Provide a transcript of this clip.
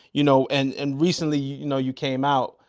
you know and and recently you know you came out,